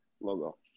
logo